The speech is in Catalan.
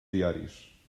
diaris